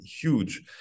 huge